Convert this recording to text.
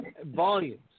volumes